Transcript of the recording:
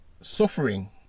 suffering